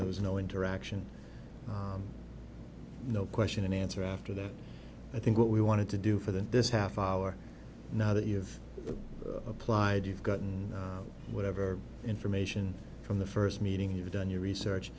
was no interaction no question and answer after that i think what we wanted to do for this half hour now that you've applied you've gotten whatever information from the first meeting you've done your research